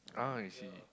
ah I see